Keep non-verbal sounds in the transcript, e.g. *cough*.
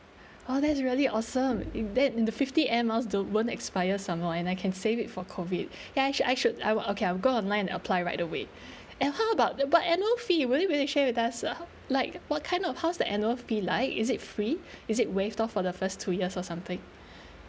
*breath* oh that is really awesome in that the fifty Air Miles don't won't expire some more and I can save it for COVID *breath* ya I should I should I will okay I'm go online and applied right away *breath* and how about about annual fee will you really share with us uh like what kind of how's the annual fee like is it free *breath* is it waived off for the first two years or something *breath*